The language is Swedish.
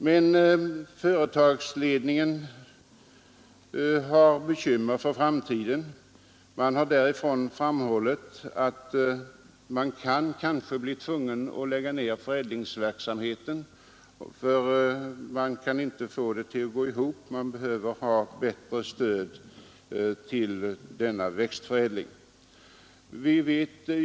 Men företagsledningen har bekymmer för framtiden och har framhållit att man kanske blir tvungen att lägga ner förädlingsverksamheten. Den går inte ihop ekonomiskt. Det behövs ett bättre stöd till denna växtförädling.